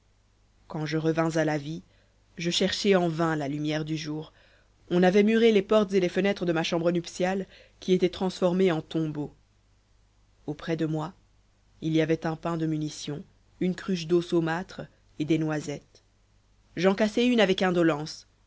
quand je revins à la vie je cherchai en vain la lumière du jour on avait muré les portes et les fenêtres de ma chambre nuptiale qui était transformée en tombeau auprès de moi il y avait un pain de munition une cruche d'eau saumâtre et des noisettes j'en cassai une avec indolence